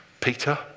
Peter